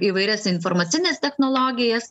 įvairias informacines technologijas